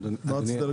מה רצית להגיד?